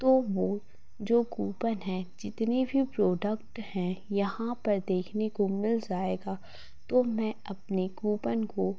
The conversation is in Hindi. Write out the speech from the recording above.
तो वो जो कूपन हैं जितनी भी प्रोडक्ट हैं यहाँ पर देखने को मिल जाएगा तो मैं अपने कूपन को